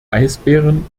eisbären